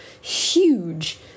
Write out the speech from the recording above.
huge